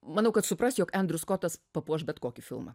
manau kad supras jog endrius skotas papuoš bet kokį filmą